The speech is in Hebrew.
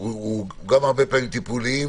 שהוא גם הרבה פעמים טיפוליים.